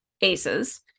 ACEs